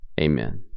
Amen